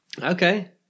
Okay